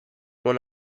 when